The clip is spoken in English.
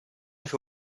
who